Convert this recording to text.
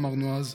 אמרנו אז,